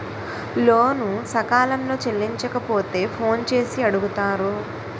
లోను సకాలంలో చెల్లించకపోతే ఫోన్ చేసి అడుగుతారు